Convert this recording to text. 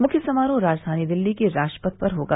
मुख्य समारोह राजधानी दिल्ली के राजपथ पर होगा